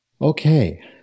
Okay